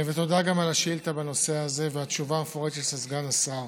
ותודה גם על השאילתה בנושא הזה ועל התשובה המפורטת של סגן השר.